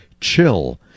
chill